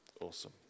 Awesome